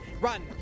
Run